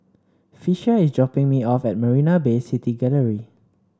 Fisher is dropping me off at Marina Bay City Gallery